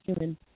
human